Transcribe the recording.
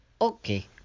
Okay